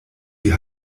die